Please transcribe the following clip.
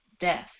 death